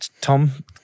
Tom